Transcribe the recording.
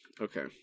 okay